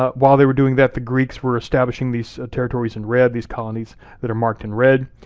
ah while they were doing that, the greeks were establishing these territories in red, these colonies that are marked in red.